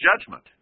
judgment